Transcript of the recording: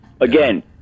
Again